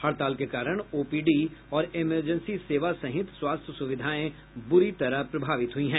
हड़ताल के कारण ओपीडी और इमरजेंसी सेवा सहित स्वास्थ्य सुविधाएं बुरी तरह प्रभावित हुई है